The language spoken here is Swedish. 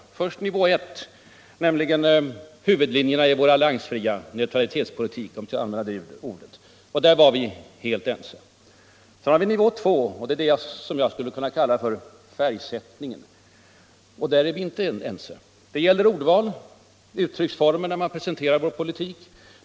Nivå 1 avsåg huvudlinjerna i vår alliansfria neutralitetspolitik, om jag skall använda det uttrycket, och där var vi helt ense. Nivå 2 var det som jag skulle kunna kalla färgsättningen. Där är vi inte ense. Det gäller ordval och uttrycksformer när man presenterar politiken.